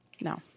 no